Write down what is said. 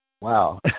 Wow